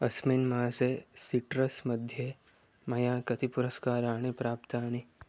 अस्मिन् मासे सिट्रस् मध्ये मया कति पुरस्काराणि प्राप्तानि